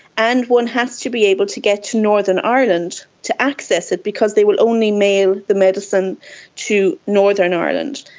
and one has to be able to get to northern ireland to access it because they will only mail the medicine to northern ireland.